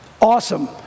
Awesome